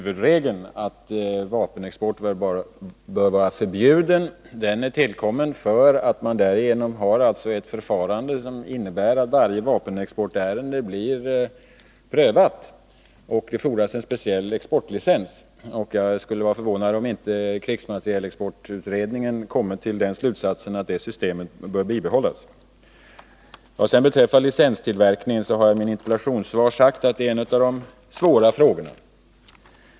Huvudregeln att vapenexport bör vara förbjuden är tillkommen därför att man därigenom får ett förfarande som innebär att varje vapenexportärende blir prövat och för utfärdande av en speciell exportlicens. Jag skulle vara förvånad om inte krigsmaterielexportutredningen kommit till den slutsatsen att detta system bör bibehållas. Vad sedan beträffar licenstillverkningen har jag i mitt interpellationssvar sagt att detta är en av de svåra frågorna.